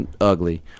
ugly